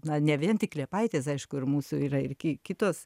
na ne vien tik liepaitės aišku ir mūsų yra ir kitos